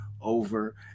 over